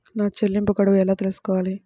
నా చెల్లింపు గడువు ఎలా తెలుసుకోవాలి?